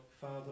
Father